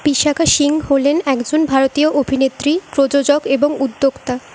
বিশাখা সিং হলেন একজন ভারতীয় অভিনেত্রী প্রযোজক এবং উদ্যোক্তা